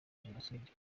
jenoside